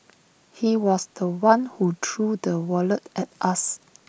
he was The One who threw the wallet at us